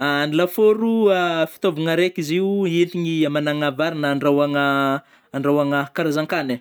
Ny lafôro fitôvagna araika izy io entigny amagnana vary na andrahoagna- andrahoagna karazankanai